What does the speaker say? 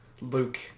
Luke